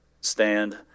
stand